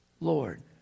Lord